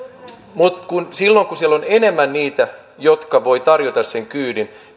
mutta silloin kun siellä on enemmän niitä jotka voivat tarjota sen kyydin